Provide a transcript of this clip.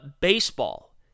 baseball